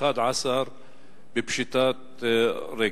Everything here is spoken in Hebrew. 11 בפשיטת רגל,